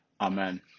Amen